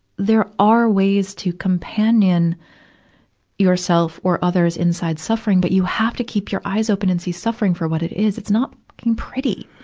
there are ways to companion yourself or others inside suffering, but you have to keep your eyes open and see suffering for what it is. it's not fucking pretty.